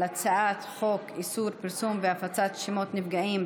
הצעת חוק איסור פרסום והפצת שמות נפגעים,